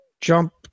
jump